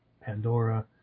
Pandora